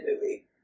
movie